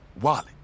Wallet